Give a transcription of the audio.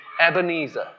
Ebenezer